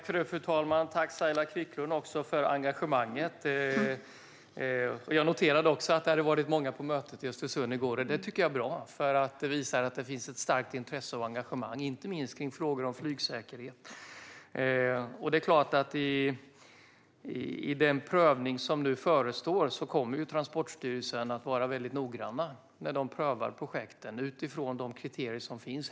Fru talman! Tack, Saila Quicklund, för engagemanget! Jag noterade också att det hade varit många på mötet i Östersund i går. Det tycker jag är bra, för det visar att det finns ett starkt intresse och engagemang, inte minst kring frågor om flygsäkerhet. Det är klart att Transportstyrelsen i den prövning som nu förestår kommer att vara väldigt noggrann när man prövar projekten utifrån de kriterier som finns.